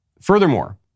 furthermore